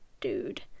dude